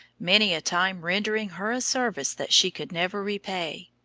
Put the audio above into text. many a time rendering her a service that she could never repay.